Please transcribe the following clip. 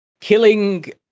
Killing